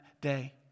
day